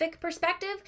perspective